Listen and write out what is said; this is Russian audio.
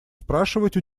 спрашивать